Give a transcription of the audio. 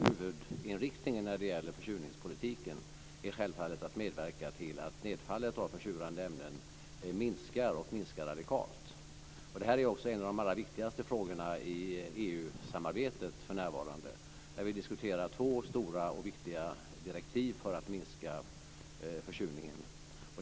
Huvudinriktningen när det gäller försurningspolitiken är självfallet att medverka till att nedfallet av försurande ämnen minskar radikalt. Det är också en av de allra viktigaste frågorna i EU-samarbetet för närvarande, där vi diskuterar två stora och viktiga direktiv för att minska försurningen.